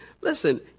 Listen